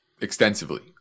extensively